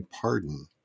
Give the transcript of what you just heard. pardon